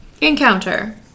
encounter